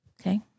Okay